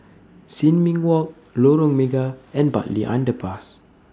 Sin Ming Walk Lorong Mega and Bartley Underpass